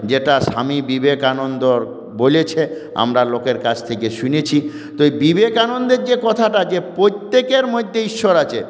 যেটা স্বামী বিবেকানন্দ বলেছে আমরা লোকের কাছ থেকে শুনেছি তো এই বিবেকানন্দের যে কথাটা যে প্রত্যেকের মধ্যে ঈশ্বর আছে